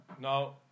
Now